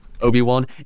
obi-wan